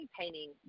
painting